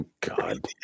God